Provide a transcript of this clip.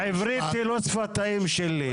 העברית היא לא שפת האם שלי,